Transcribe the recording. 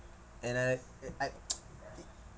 and I I I